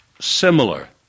Similar